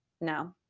No